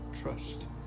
trust